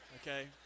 Okay